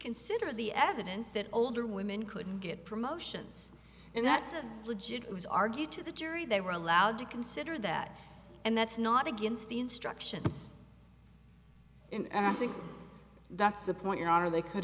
consider the evidence that older women couldn't get promotions and that's a legit was argued to the jury they were allowed to consider that and that's not against the instructions and i think that's a point your honor they could